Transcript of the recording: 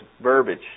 verbiage